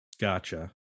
Gotcha